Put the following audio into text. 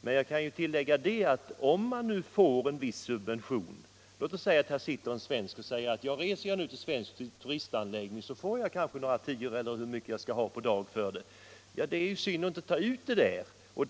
Men jag kan tillägga att om vi får en viss subvention, så kan en svensk turist säga så här: Om jag reser till en svensk turistanläggning, så får jag några tior per dag eller hur mycket det nu kan bli — och det är ju synd att inte ta ut de pengarna.